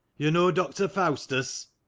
you know doctor faustus?